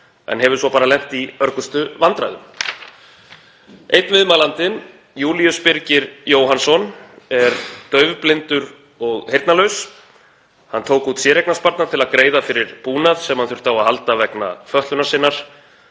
en hefur svo bara lent í örgustu vandræðum. Einn viðmælandinn, Júlíus Birgir Jóhannsson, er daufblindur og heyrnarlaus. Hann tók út séreignarsparnað til að greiða fyrir búnað sem hann þurfti á að halda vegna fötlunar sinnar